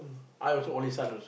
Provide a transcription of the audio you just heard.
I also only son